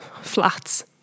flats